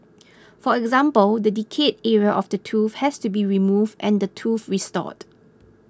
for example the decayed area of the tooth has to be removed and the tooth restored